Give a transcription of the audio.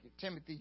Timothy